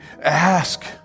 ask